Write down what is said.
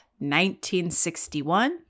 1961